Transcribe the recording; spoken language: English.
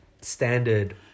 standard